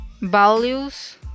Values